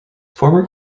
former